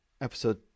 episode